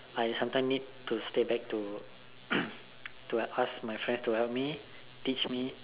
I sometime need to stay back to to ask my friend to help me teach me